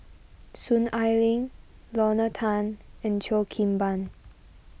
Soon Ai Ling Lorna Tan and Cheo Kim Ban